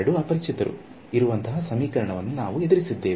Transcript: ಎರಡು ಅಪರಿಚಿತರು ಇರುವಂತಹ ಸಮೀಕರಣಗಳನ್ನು ನಾವು ಎದುರಿಸಿದ್ದೇವೆ